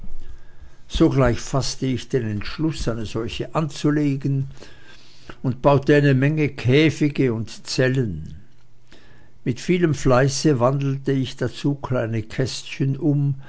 sogleich faßte ich den entschluß eine solche anzulegen und baute eine menge käfige und zellen mit vielem fleiße wandelte ich dazu kleine kästchen um